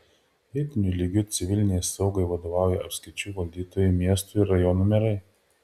vietiniu lygiu civilinei saugai vadovauja apskričių valdytojai miestų ir rajonų merai